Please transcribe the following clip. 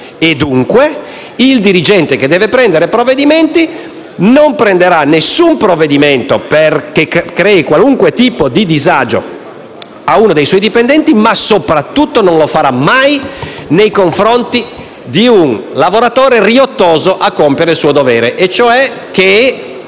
Dunque, il dirigente che debba prendere provvedimenti, non prenderà alcun provvedimento che crei qualunque tipo di disagio a uno dei suoi dipendenti, ma soprattutto non lo farà mai nei confronti di un lavoratore riottoso a compiere il suo dovere, e cioè che